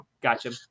Gotcha